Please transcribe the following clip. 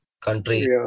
country